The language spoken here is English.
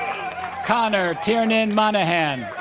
conor tiernan monahan